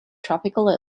tropical